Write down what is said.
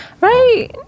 right